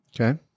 okay